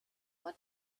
what